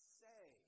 say